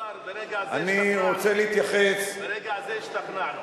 אני רוצה להתייחס, כבוד השר, ברגע זה השתכנענו.